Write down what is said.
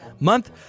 month